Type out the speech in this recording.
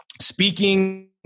Speaking